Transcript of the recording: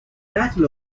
battle